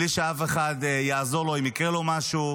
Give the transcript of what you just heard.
בלי שאף אחד יעזור לו אם יקרה לו משהו,